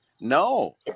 No